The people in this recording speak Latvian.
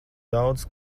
daudz